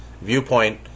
Viewpoint